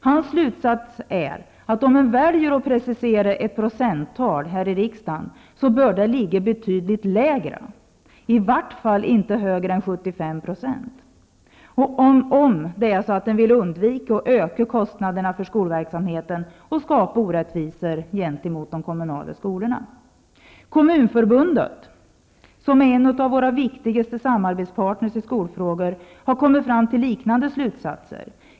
Hans slutsats är att om man väljer att precisera ett procenttal här i riksdagen bör det ligga betydligt lägre, i varje fall inte högre än 75 %, om man vill undvika att öka kostnaderna för skolverksamheten och skapa orättvisor gentemot de kommunala skolorna. Kommunförbundet, som är en av våra viktigaste samarbetspartners i skolfrågor, har kommit fram till liknande slutsatser.